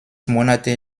monate